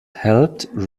helped